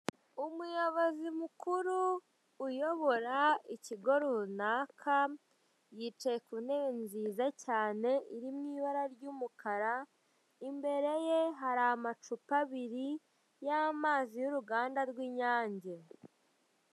Umuyobozi mukuru uyobora ikigo runaka yicaye kuntebe nziza cyane iri mu ibara ry'umukara, imbere ye hari amacupa abiri y'amazi y'uruganda rw'inyange.